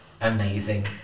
amazing